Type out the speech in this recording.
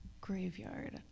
Graveyard